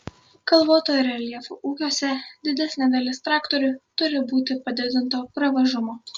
kalvoto reljefo ūkiuose didesnė dalis traktorių turi būti padidinto pravažumo